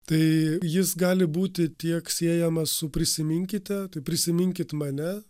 tai jis gali būti tiek siejamas su prisiminkite tai prisiminkit mane